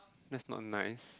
that's not nice